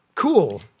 cool